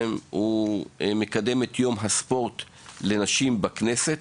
שמקדם את יום הספורט לנשים בכנסת.